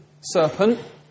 serpent